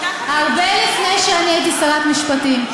הרבה לפני שאני הייתי שרת המשפטים.